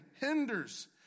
hinders